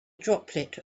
droplet